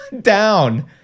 down